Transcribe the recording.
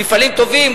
מפעלים טובים,